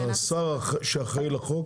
השר שאחראי לחוק